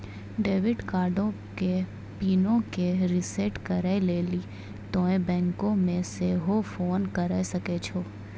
debit कार्डो के पिनो के रिसेट करै लेली तोंय बैंको मे सेहो फोन करे सकै छो